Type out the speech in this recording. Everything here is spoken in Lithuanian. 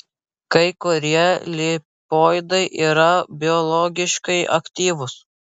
kai kurie lipoidai yra biologiškai aktyvūs